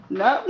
no